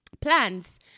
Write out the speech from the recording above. plans